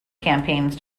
campaigns